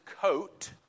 coat